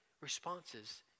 responses